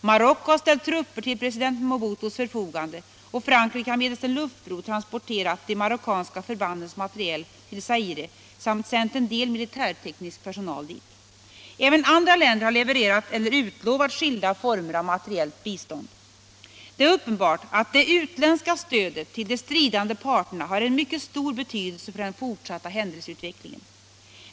Marocko har ställt trupper till president Mobutus förfogande, och Frankrike har medelst en luftbro transporterat de marockanska förbandens materiel till Zaire samt sänt en del militärteknisk personal dit. Även andra länder har levererat eller utlovat skilda former av materiellt bistånd. Det är uppenbart att det utländska stödet till de stridande parterna har en mycket stor betydelse för den fortsatta händelseutvecklingen.